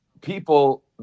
people